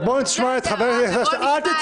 אז בואי נשמע את חבר הכנסת שטרן.